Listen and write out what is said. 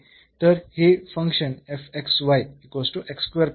तर फंक्शन हे आहे